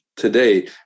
today